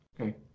okay